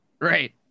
right